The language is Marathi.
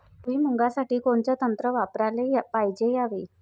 भुइमुगा साठी कोनचं तंत्र वापराले पायजे यावे?